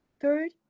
Third